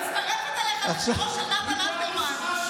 אני מצטרפת אליך לשירו של נתן אלתרמן,